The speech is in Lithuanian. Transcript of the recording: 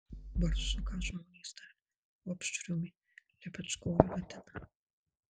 barsuką žmonės dar opšrumi lepečkoju vadina